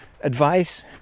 advice